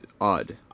odd